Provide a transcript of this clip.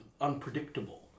unpredictable